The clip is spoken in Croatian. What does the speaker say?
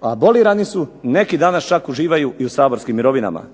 abolirani su, neki danas čak uživaju i u saborskim mirovinama.